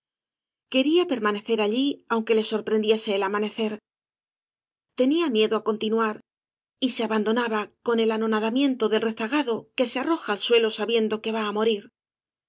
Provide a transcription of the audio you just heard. quería permanecer allí aunque le sorprendiese el amanecer tenía miedo á continuar y se abandonaba con el anonadamiento del rezagado que se arroja al suelo sa biendo que va á morir